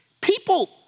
people